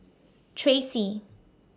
Tracee